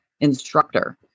instructor